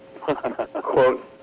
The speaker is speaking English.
quote